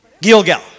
Gilgal